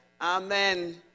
Amen